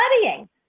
studying